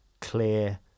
clear